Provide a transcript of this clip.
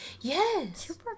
Yes